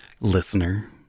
listener